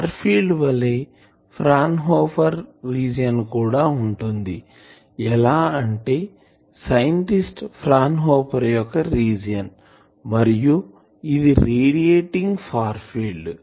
far field వలె Fraunhofer region కూడా ఉంటుంది ఎలా అంటే సైంటిస్ట్ ఫ్రాన్ హాఫెర్ యొక్క రీజియన్ మరియు ఇది రేడియేటింగ్ ఫార్ ఫీల్డ్